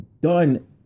done